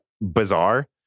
bizarre